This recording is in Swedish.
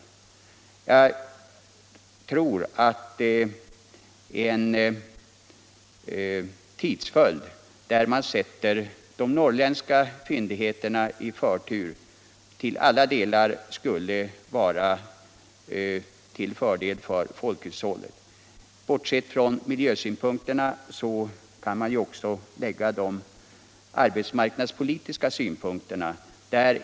Jag tror att en tidsplanering, innebärande att man tar upp en brytning av de norr 67 ländska fyndigheterna, i alla avseenden skulle vara till fördel för folkhushållet. Till miljösynpunkterna kan man också lägga de arbetsmarknadspolitiska synpunkterna.